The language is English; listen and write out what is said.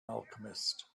alchemist